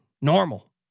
Normal